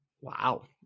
wow